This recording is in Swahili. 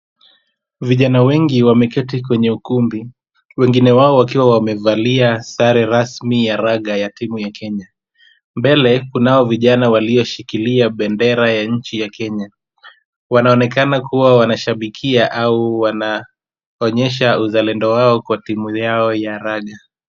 Vijana wengi wameketi kwenye ukumbi, wengine wao wakiwa wamevalia sare rasmi ya raga ya timu ya Kenya. Mbele, kunao vijana walioshikilia bendera ya nchi ya Kenya. Wanaonekana kuwa wanashabikia au wanaonyesha uzalendo wao kwa timu yao ya raga.